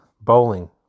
bowling